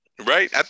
Right